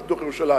ירושלים.